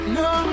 no